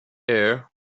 air